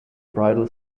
bridal